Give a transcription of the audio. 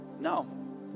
No